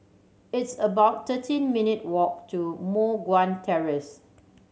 it's about thirteen minute ' walk to Moh Guan Terrace